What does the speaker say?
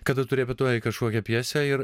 kada tu repetuoji kažkokią pjesę ir